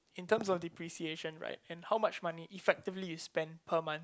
in terms of depreciation right and how much money effectively you spend per month